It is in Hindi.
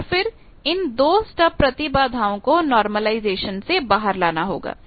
और फिर इन 2 स्टब प्रतिबाधा को नार्मलायीज़ेशन से बाहर लाना होगा